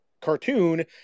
cartoon